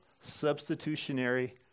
substitutionary